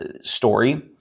story